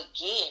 Again